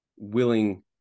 willing